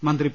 മന്ത്രി പി